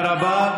תודה רבה.